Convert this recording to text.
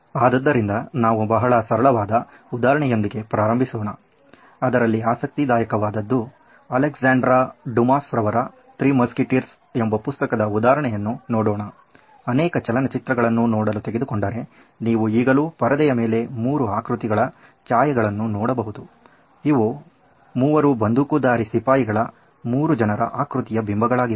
ಆದ್ದರಿಂದ ನಾವು ಬಹಳ ಸರಳವಾದ ಉದಾಹರಣೆಯೊಂದಿಗೆ ಪ್ರಾರಂಭಿಸೋಣ ಅದರಲ್ಲಿ ಆಸಕ್ತಿದಾಯಕವಾದದ್ದು ಅಲೆಕ್ಸಾಂಡ್ರಾ ಡುಮಾಸ್ ರವರ Three Musketeers' Alexandra Dumas book called 'Three Musketeers' ಎಂಬ ಪುಸ್ತಕದ ಉದಾಹರಣೆಯನ್ನು ನೋಡೋಣ ಅನೇಕ ಚಲನಚಿತ್ರಗಳನ್ನು ನೋಡಲು ತೆಗೆದುಕೊಂಡರೆ ನೀವು ಈಗಲೂ ಪರದೆಯ ಮೇಲೆ ಮೂರು ಆಕೃತಿಗಳ ಛಾಯೇಯನ್ನು ನೋಡಬಹುದು ಇವು ಮೂವರು ಬಂದೂಕುಧಾರಿ ಸಿಪಾಯಿಗಳ ಮೂರು ಜನರ ಆಕೃತಿಯ ಬಿಂಬಗಳಾಗಿವೆ